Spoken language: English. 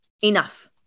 enough